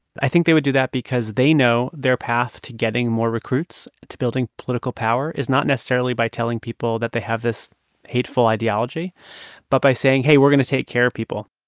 i think they would do that because they know their path to getting more recruits, to building power, is not necessarily by telling people that they have this hateful ideology but by saying, hey, we're going to take care of people.